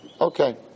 Okay